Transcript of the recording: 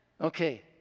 Okay